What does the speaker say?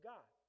God